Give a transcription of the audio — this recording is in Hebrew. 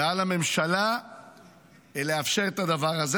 ועל הממשלה לאפשר את הדבר הזה.